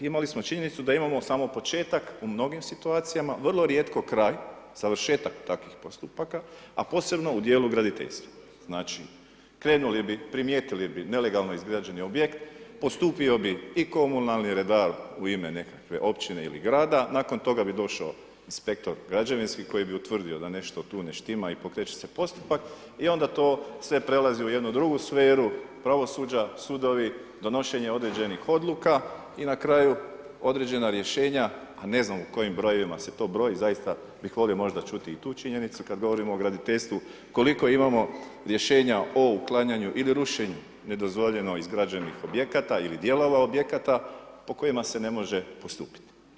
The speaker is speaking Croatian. Imali smo činjenicu da imamo samo početak u mnogim situacijama, vrlo rijetko kraj, završetak takvih postupaka, a posebno u dijelu graditeljstva, znači, krenuli bi, primijetili bi nelegalno izgrađeni objekt, postupio bi i komunalni redar u ime nekakve općine ili grada, nakon toga bi došao inspektor građevinski koji bi utvrdio da nešto tu ne štima i pokreće se postupak i onda to sve prelazi u jednu drugu sferu, pravosuđa, sudovi, donošenje određenih odluka i na kraju određena rješenja, a ne znam u kojim brojevima se to broji, zaista bih volio možda čuti i tu činjenicu kada govorimo o graditeljstvu, koliko imamo rješenja o uklanjanju ili rušenju nedozvoljeno izgrađenih objekata ili dijelova objekata po kojima se ne može postupiti.